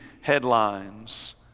headlines